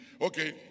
okay